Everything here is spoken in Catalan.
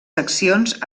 seccions